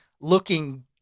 looking